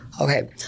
Okay